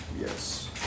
yes